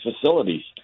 facilities